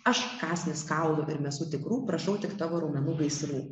aš kąsnis kaulo ir mėsų tikrų prašau tik tavo raumenų gaisrų